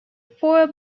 four